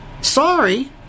Sorry